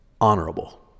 honorable